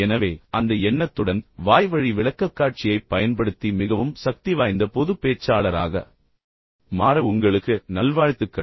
எனவே அந்த எண்ணத்துடன் வாய்வழி விளக்கக்காட்சியைப் பயன்படுத்தி மிகவும் சக்திவாய்ந்த பொதுப் பேச்சாளராக மாற உங்களுக்கு நல்வாழ்த்துக்கள்